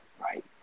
right